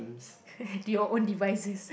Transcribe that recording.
to your own devices